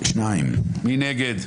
מי נגד?